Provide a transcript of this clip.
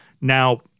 Now